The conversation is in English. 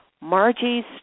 Margie's